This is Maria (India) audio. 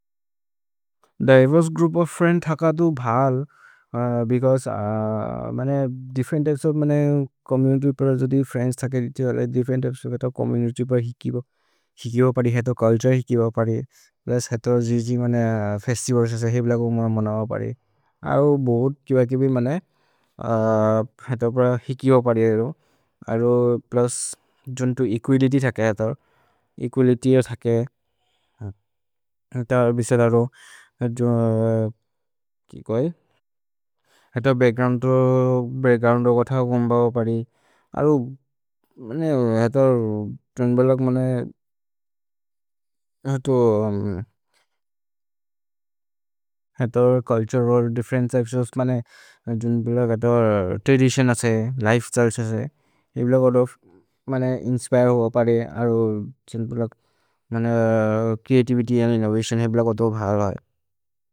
Diverse group of friends थक दु भल्, because different types of community प्र जोदि फ्रिएन्द्स् थके दिफ्फेरेन्त् त्य्पेस् ओफ् चोम्मुनित्य् प्र हिकि ब। हिकि ब परि, हेतो चुल्तुरे हिकि ब परि, प्लुस् हेतो जिजि मने फेस्तिवल् से से हेव्ल को मनव परि। अरो बोद् किव किबि मने हेतो प्र हिकि ब परि अरो। अरो प्लुस् जोन्तु एकुअलित्य् थके हेतो। एकुअलित्य् हो थके। हेत विसद रो। कि कोइ? हेतो बच्क्ग्रोउन्द् हो, बच्क्ग्रोउन्द् हो कोथ गोम्ब ब परि। अरो, मने हेतो जोन्तु ब्लोक् मने, हेतो, ह्म्, हेतो culture or different types of जोन्तु ब्लोक् हेतो त्रदितिओन् असे, लिफे स्त्य्लेस् असे। हेव्ल कोथो, मने इन्स्पिरे हो परि अरो जोन्तु ब्लोक्, मने च्रेअतिवित्य् अन्द् इन्नोवतिओन्, हेव्ल कोथो भाल है।